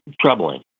troubling